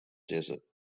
desert